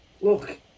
Look